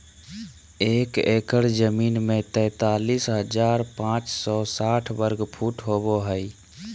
एक एकड़ जमीन में तैंतालीस हजार पांच सौ साठ वर्ग फुट होबो हइ